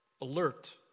alert